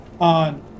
on